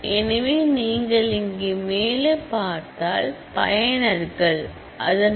எனவே நீங்கள் இங்கே மேலே பார்த்தால் பயனர்கள் யூஸர்